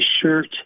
shirt